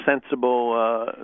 sensible